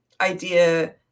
idea